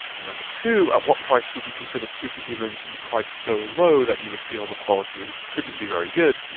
number two, at what price would you consider superhuman to be priced so low that you would feel the quality couldn't be very good?